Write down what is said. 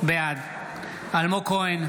בעד אלמוג כהן,